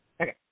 Okay